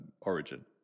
Origin